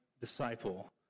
disciple